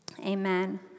amen